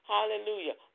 Hallelujah